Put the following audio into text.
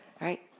right